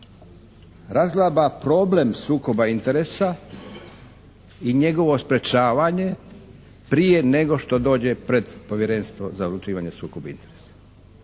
razglaba problem sukoba interesa i njegovo sprječavanje prije nego što dođe pred Povjerenstvo za odlučivanje o sukobu interesa.